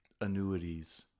annuities